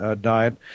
diet